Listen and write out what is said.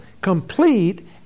complete